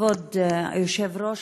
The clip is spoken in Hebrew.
כבוד היושב-ראש,